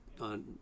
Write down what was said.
on